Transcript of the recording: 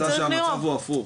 רק יצא שהמצב הוא הפוך.